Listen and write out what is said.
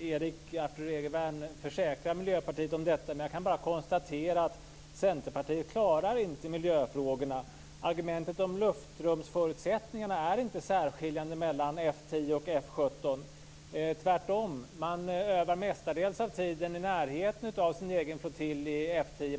Erik Arthur Egervärn försäkrar Miljöpartiet om detta. Jag kan bara konstatera att Centerpartiet inte klarar miljöfrågorna. Argumentet om luftrumsförutsättningarna är inte särskiljande mellan F 10 och F 17, tvärtom. Man övar mestadels av tiden i närheten av sin egen flottilj, F 10.